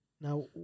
Now